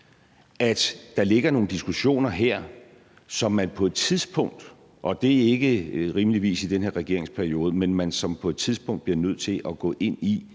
at der ligger nogle diskussioner her, som man på et tidspunkt – og det er rimeligvis ikke i den her regeringsperiode – bliver nødt til at gå ind i.